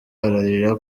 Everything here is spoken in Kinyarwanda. ararira